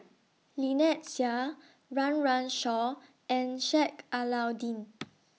Lynnette Seah Run Run Shaw and Sheik Alau'ddin